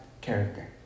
character